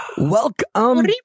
Welcome